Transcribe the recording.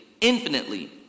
infinitely